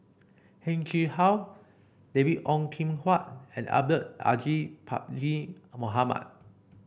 Heng Chee How David Ong Kim Huat and Abdul Aziz Pakkeer Mohamed